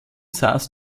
saß